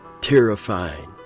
terrifying